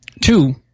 Two